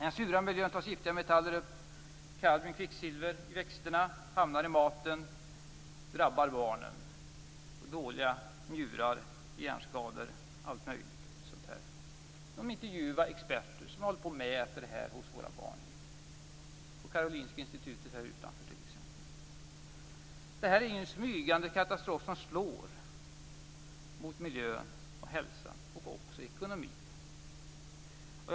I den sura miljön tas giftiga metaller som kadmium och kvicksilver upp i växterna och hamnar i maten. Det drabbar barnen. Följden blir dåliga njurar, hjärnskador, allt möjligt. Man intervjuade experter som mäter halterna hos våra barn. Det gör man på t.ex. Karolinska institutet. Det här är en smygande katastrof som slår mot miljön och hälsan, men också mot ekonomin.